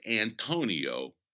Antonio